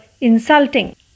insulting